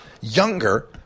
younger